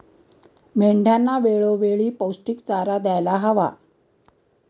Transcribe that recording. मेंढ्यांना वेळोवेळी पौष्टिक चारा द्यायला हवा